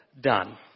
done